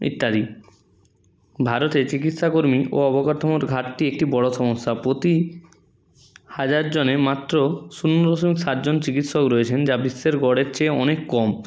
ইত্যাদি ভারতের চিকিৎসা কর্মী ও অবকাঠামোর ঘাটতি একটি বড়ো সমস্যা প্রতি হাজার জনে মাত্র শূন্য দশমিক সাত জন চিকিৎসক রয়েছেন যা বিশ্বের গড়ের চেয়ে অনেক কম